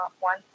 one